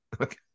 Okay